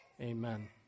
Amen